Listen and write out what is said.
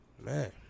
Man